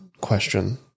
question